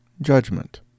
judgment